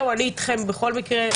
אני אתכם בכל מקרה.